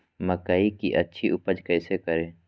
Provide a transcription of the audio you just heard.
मकई की अच्छी उपज कैसे करे?